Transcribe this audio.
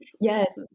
Yes